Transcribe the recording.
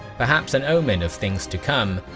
perhaps an omen of things to come,